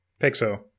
Pixel